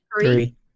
three